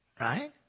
Right